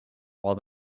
while